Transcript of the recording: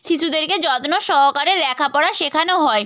শিশুদেরকে যত্ন সহকারে লেখাপড়া শেখানো হয়